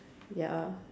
ya